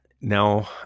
now